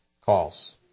calls